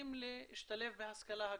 ממשיכים להשתלב בהשכלה הגבוהה,